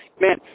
man